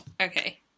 Okay